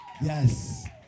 Yes